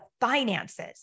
finances